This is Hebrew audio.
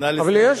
נא לסיים.